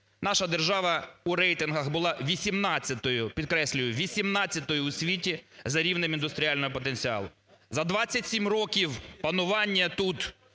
Наша держава у рейтингах була 18-ю, підкреслюю, 18-ю у світі за рівнем індустріального потенціалу. За 27 років панування тут